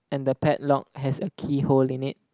and the padlock has a key hole in it